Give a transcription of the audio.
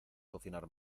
cocinar